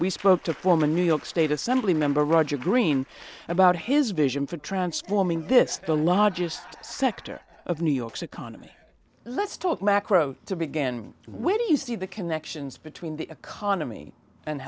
we spoke to former new york state assembly member roger green about his vision for transforming this the largest sector of new york's economy let's talk macro to begin where do you see the connections between the economy and